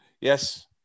Yes